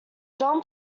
john